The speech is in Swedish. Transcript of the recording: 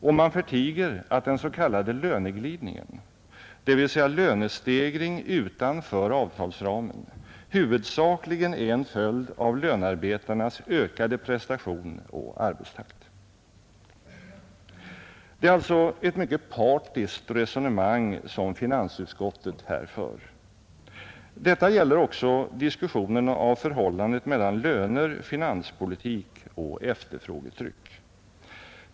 Och man förtiger att den s.k. ”löneglidningen” — dvs. lönestegring utanför avtalsramen — huvudsakligen är en följd av lönarbetarnas ökade prestation och arbetstakt. Det är alltså ett mycket partiskt resonemang som finansutskottet här för. Detta gäller också diskussionen av förhållandet mellan löner, finanspolitik och efterfrågetryck.